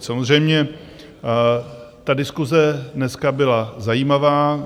Samozřejmě ta diskuse dneska byla zajímavá.